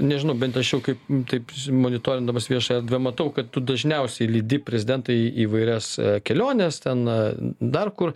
nežinau bent aš jau kaip taip monitorindamas viešą erdvę matau kad tu dažniausiai lydi prezidentą į įvairias keliones na dar kur